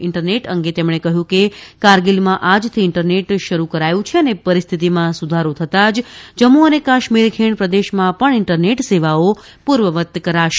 internet અંગે તેમણે કહ્યું કેકારગીલમાં આજથી ઇન્ટરનેટ શરૃ કરાયું છે અને પરિસ્થિતિમાં સુધારો થતાં જ જમ્મુ અને કાશ્મીર ખીણ પ્રદેશમાં પણ ઇન્ટરનેટ સેવાઓ પૂર્વવત કરાશે